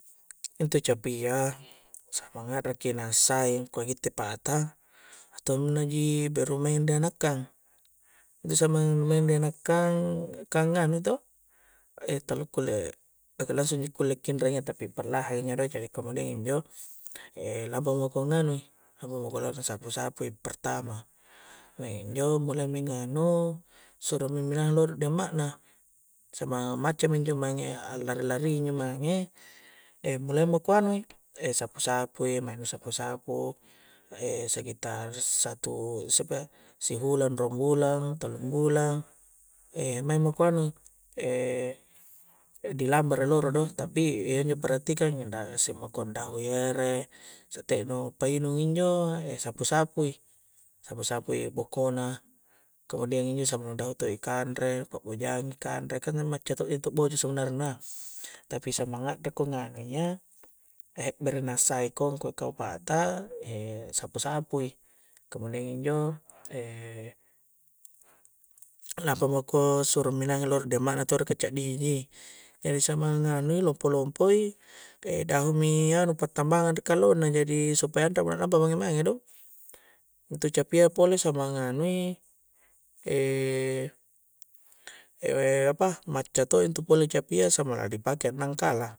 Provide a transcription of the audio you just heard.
Intu capia sampang ada ki nassa'i na kua' kitte pata nattunnaji beru meingji ri anakkang' disamang' mei' ri anakkang' kang' nganu to' e' tallakulle' e' langsungji kulle' kinrang' ya tapi perlahang injo' jadi kamua injo' e' lampa meko nganui' lampa meko la ra sapu-sapui' pertama kua injo' mulaimi nganu suro mi mimminahang loro di amma'na sama maccami injo mange' allari-lari' injo mange' e' mulai meko anui' e' sapu-sapui' maeng mu sapu-sapu e' sekitar satu sepa sihulang ro' raunghulang, tallu' bulang e' maeng meko anui' e' e' dilabra i' rolo do, tapi' injo peratikangi na isse mako daungi ere' setia'i nu painung injo e' sapu-sapu'i sapu-sapu'i poko'na kemudian injo samudoto'i kanre pa'bojangi kanre, kah na nganu macca to'ji boja' sunnarenna' tapi semanga'na re' ko nganu ya e' bere'nassaiko ku' kua kau pata' e' sapu-sapui' kemudiang injo' e' lampa mako suru' minahang loro di amma'na todo' kah ca'diyi ji, jadi samanga' anui' lompo-lompoi' pe' daungmi ya anu pattambangan' ri kallongna, jadi supaya anremo na lampa mange-mange do itu capia pole sammang' nganui e' e' apa macca to' itu pole capia sammanga nu dipakai' a'nangkala.